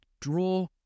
draw